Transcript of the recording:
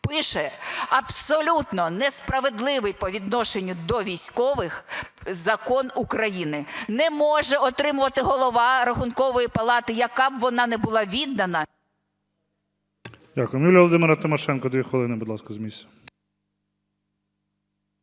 підпише абсолютно несправедливий по відношенню до військових закон України. Не може отримувати Голова Рахункової палати, яка б вона не була віддана… ГОЛОВУЮЧИЙ. Дякую. Юлія Володимирівна Тимошенко, 2 хвилини, будь ласка, з місця.